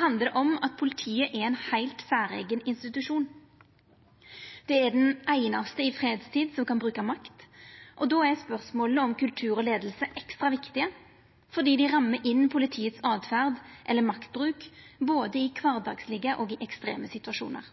handlar det om at politiet er ein heilt særeigen institusjon. Det er den einaste som kan bruka makt i fredstid. Då er spørsmåla om kultur og leiing ekstra viktige fordi dei rammar inn politiets åtferd eller maktbruk, både i kvardagslege og i